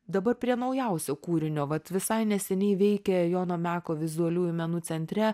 dabar prie naujausio kūrinio vat visai neseniai veikė jono meko vizualiųjų menų centre